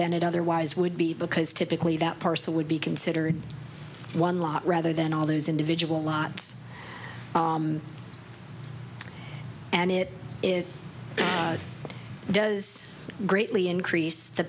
than it otherwise would be because typically that parcel would be considered one lot rather than all those individual lots and it does greatly increase the